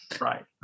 Right